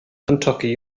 kentucky